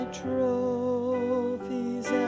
trophies